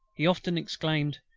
he often exclaimed,